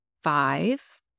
five